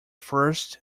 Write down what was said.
first